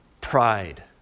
pride